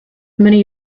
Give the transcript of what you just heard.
many